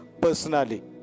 personally